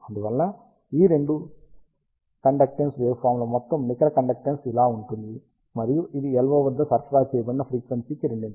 అందువల్ల ఈ రెండు కండక్టెన్స్ వేవ్ఫార్మ్ల మొత్తం నికర కండక్తెన్స్ ఇలా ఉంటుంది మరియు ఇది LO వద్ద సరఫరా చేయబడిన ఫ్రీక్వెన్సీకి రెండింతలు